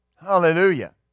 Hallelujah